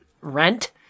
Rent